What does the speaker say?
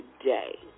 today